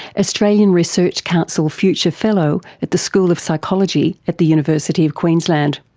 australian research council future fellow at the school of psychology at the university of queensland.